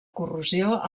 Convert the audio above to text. corrosió